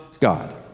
God